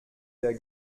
der